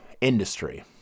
industry